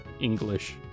English